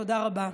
תודה רבה.